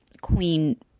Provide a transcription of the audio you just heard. queen